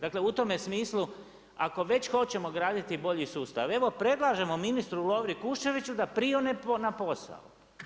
Dakle, u tome smislu ako već hoćemo graditi bolji sustav evo predlažemo ministru Lovri Kuščeviću da prione na posao.